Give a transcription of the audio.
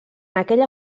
aquella